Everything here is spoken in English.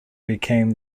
became